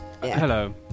hello